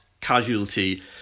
casualty